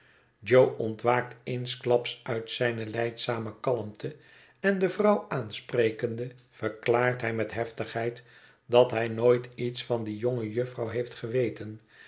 ontwaakt eensklaps uit zijne lijdzame kalmte en de vrouw aansprekende verklaart hij met heftigheid dat hij nooit iets van die jonge jufvrouw heeft geweten